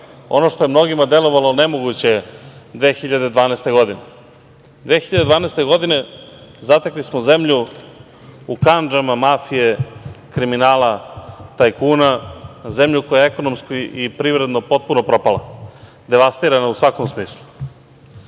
ono što je mnogima delovalo nemoguće, 2012. godine. Te 2012. godine, zatekli smo zemlju u kandžama mafije, kriminala, tajkuna, zemlju koja je ekonomski i privredno potpuno propala, devastirana u svakom smislu. Te